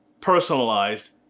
personalized